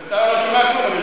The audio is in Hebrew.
בינתיים, אני יושב ומקשיב.